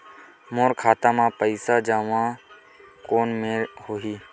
मोर खाता मा पईसा जमा कोन मेर होही?